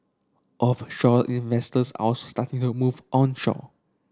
offshore investors are also starting to move onshore